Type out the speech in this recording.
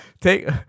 Take